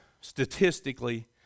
statistically